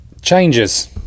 Changes